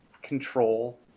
control